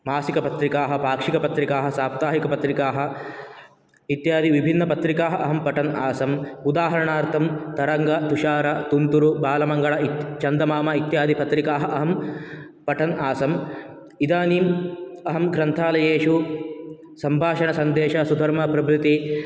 मासिकपत्रिकाः पाक्षिकपत्रिकाः साप्ताहिकपत्रिकाः इत्यादि विभिन्नपत्रिकाः अहं पठन् आसम् उदाहरणार्थं तरङ्ग तुषार तुन्तुरु बालमङ्गल इत् चन्दमामा इत्यादि पत्रिकाः अहं पठन् आसम् इदानीम् अहं ग्रन्थालयेषु सम्भाषणसन्देश सुधर्माप्रवृत्तिः